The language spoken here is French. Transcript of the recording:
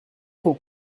son